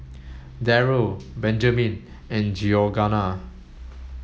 Darryl Benjamin and Georganna